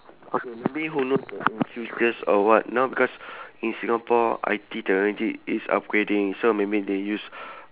okay maybe who knows that in futures or what now because in singapore I_T already is upgrading so maybe they use